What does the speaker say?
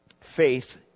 Faith